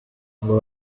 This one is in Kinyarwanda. ngo